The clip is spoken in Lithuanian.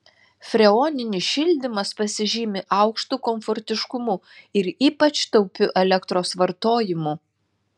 freoninis šildymas pasižymi aukštu komfortiškumu ir ypač taupiu elektros vartojimu